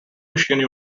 michigan